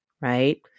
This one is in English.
Right